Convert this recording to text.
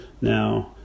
now